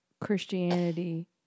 Christianity